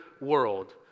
world